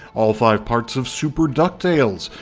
all five parts of super ducktales,